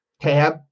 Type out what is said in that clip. tab